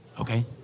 okay